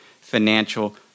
financial